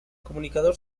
comunicador